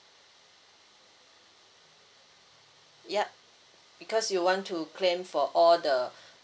yup because you want to claim for all the